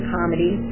Comedy